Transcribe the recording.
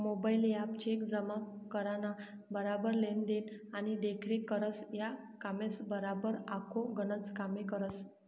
mobile app cheque जमा कराना बराबर लेन देन आणि देखरेख करस, या कामेसबराबर आखो गनच कामे करस